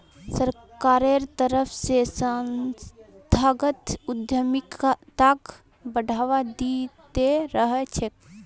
सरकारेर तरफ स संस्थागत उद्यमिताक बढ़ावा दी त रह छेक